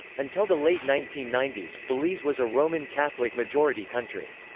until the late nineteen ninety s, belize was a roman catholic majority country.